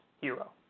hero